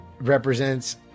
represents